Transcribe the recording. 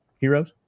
Heroes